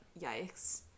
Yikes